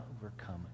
overcome